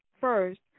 first